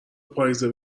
پاییزه